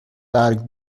برگ